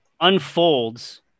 unfolds